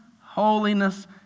holiness